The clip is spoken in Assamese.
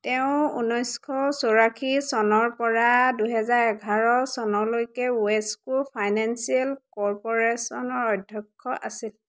তেওঁ ঊনৈছশ চৌৰাশী চনৰপৰা দুহেজাৰ এঘাৰ চনলৈকে ৱেস্কো ফাইনেঞ্চিয়েল কৰ্প'ৰেচনৰ অধ্যক্ষ আছিল